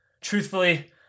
Truthfully